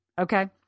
Okay